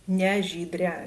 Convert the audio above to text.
ne žydre